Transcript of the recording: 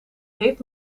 heeft